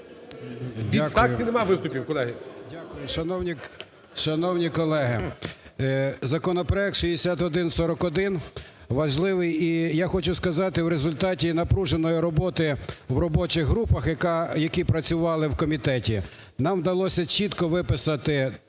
Від фракцій немає виступів, колеги.